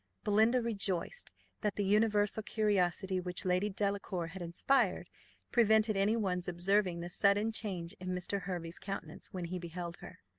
belinda rejoiced that the universal curiosity which lady delacour had inspired prevented any one's observing the sudden change in mr. hervey's countenance when he beheld her.